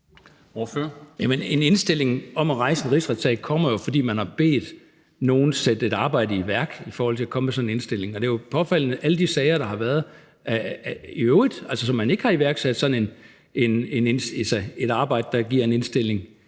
en indstilling om at rejse en rigsretssag kommer jo, fordi man har bedt nogen om at sætte et arbejde i værk i forhold til at komme med sådan en indstilling. Og det er jo påfaldende, at man med alle de sager, der har været i øvrigt, ikke har iværksat sådan et arbejde for at lave en indstilling.